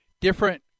different